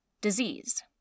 disease